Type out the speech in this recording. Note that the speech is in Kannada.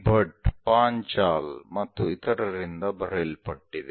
ಭಟ್ ಪಾಂಚಾಲ್ ಮತ್ತು ಇತರರಿಂದ ಬರೆಯಲ್ಪಟ್ಟಿದೆ